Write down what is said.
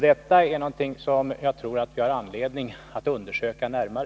Detta är något som jag tror att vi har anledning att undersöka närmare.